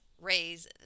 raise